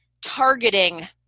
targeting